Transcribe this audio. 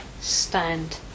stand